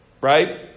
right